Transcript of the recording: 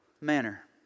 manner